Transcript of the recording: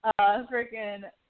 freaking